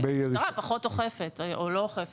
המשטרה פחות אוכפת או לא אוכפת.